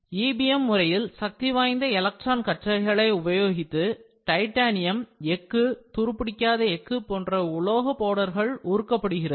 EBM முறையில் சக்திவாய்ந்த electron கற்றைகளை உபயோகித்து டைட்டானியம் எஃகு துருப்பிடிக்காத எஃகு போன்ற உலோக பவுடர்கள் உருக்கப்படுகிறது